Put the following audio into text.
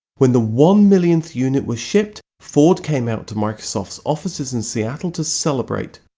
when the one millionth unit was shipped, ford came out to microsoft's offices in seattle to celebrate.